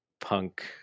Punk